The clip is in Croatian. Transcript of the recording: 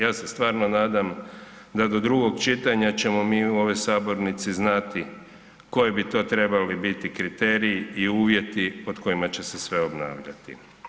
Ja se stvarno nadam da do drugog čitanja ćemo mi u ovoj sabornici znati koji bi to trebali biti kriteriji i uvjeti pod kojima će se sve obnavljati.